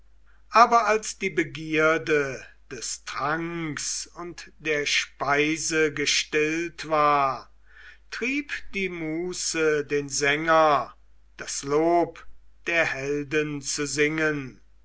aber als die begierde des tranks und der speise gestillt war trieb die muse den sänger das lob der helden zu singen